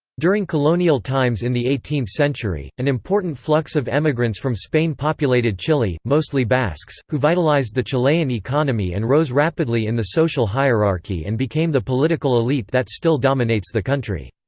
during colonial times in the eighteenth century, an important flux of emigrants from spain populated chile, mostly basques, who vitalized the chilean economy and rose rapidly in the social hierarchy and became the political elite that still dominates the country.